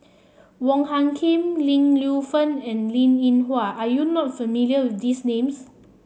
Wong Hung Khim Ling Lienfung and Linn In Hua are you not familiar these names